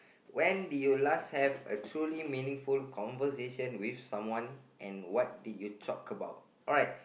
when did you last have a truly meaningful conversation with someone and what did you talk about